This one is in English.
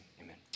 amen